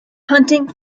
hunting